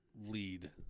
lead